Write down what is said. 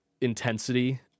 intensity